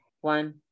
One